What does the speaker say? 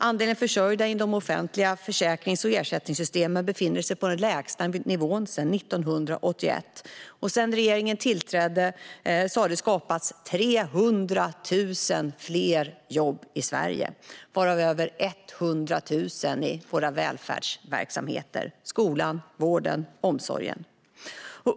Andelen försörjda inom de offentliga försäkrings och ersättningssystemen befinner sig på den lägsta nivån sedan 1981. Och sedan regeringen tillträdde har det skapats 300 000 fler jobb i Sverige, varav över 100 000 i våra välfärdsverksamheter - skolan, vården och omsorgen.